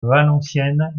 valenciennes